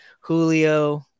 Julio